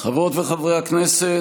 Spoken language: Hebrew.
חברות וחברי הכנסת,